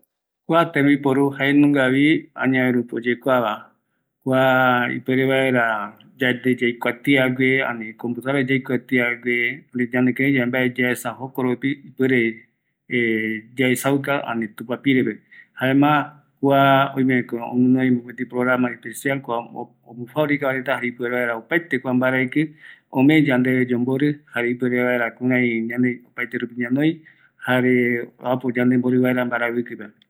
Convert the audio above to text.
﻿Kua tembiporu jaenungavi añae rupi oyekuava, ipuere vaera yande yaikuatiague, ani komputadorape yande yaikuatiague, yanekireiyae mbae yaesa jokoropi ipuere yaesauka ani tupapirepe jaema kua oimeko guinoi mopeti programa especial kua komo fabrika reta jei ipuere vaera opaete kua mbaraiki ome yandeve yombori jare ipuere vaera kirai ñanoi opaete rupi ñanoi jare äpo yandembori vaera mbaraikipe